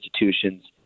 institutions